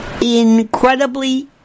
incredibly